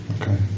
Okay